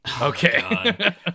Okay